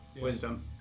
Wisdom